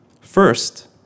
First